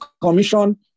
commission